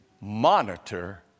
Monitor